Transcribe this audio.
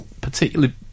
particularly